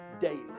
daily